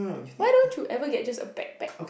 why don't you ever get just a bag pack